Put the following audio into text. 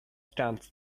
stands